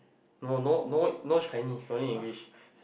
no no no no Chinese only English